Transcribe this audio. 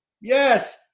Yes